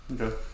okay